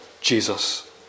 Jesus